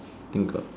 think got